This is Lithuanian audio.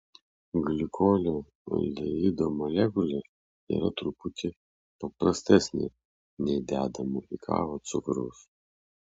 glikolio aldehido molekulė yra truputį paprastesnė nei dedamo į kavą cukraus